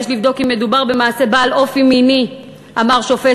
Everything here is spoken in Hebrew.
יש לבדוק אם מדובר במעשה בעל אופי מיני" אמר שופט